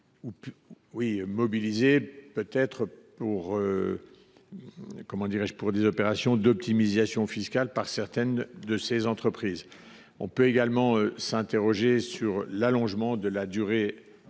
soit mobilisé pour des opérations d’optimisation fiscale par certaines de ces entreprises. On peut également s’interroger sur l’allongement de la durée